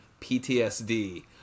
PTSD